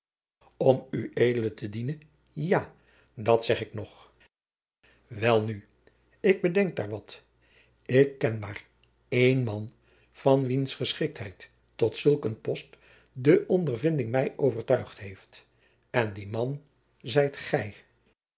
om ued te dienen ja dat zeg ik nog welnu ik bedenk daar wat ik ken maar één man van wiens geschiktheid tot zulk een post de ondervinding mij overtuigd heeft en die man zijt gij